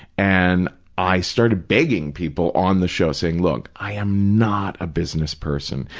and i started begging people on the show, saying, look, i am not a business person.